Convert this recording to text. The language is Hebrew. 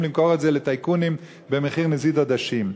למכור את זה לטייקונים בנזיד עדשים.